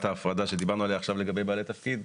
ההפרדה שדיברנו עליה לגבי בעלי תפקיד,